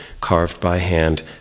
carved-by-hand